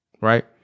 right